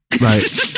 Right